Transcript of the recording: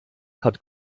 hat